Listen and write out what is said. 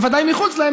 ובוודאי מחוץ להם,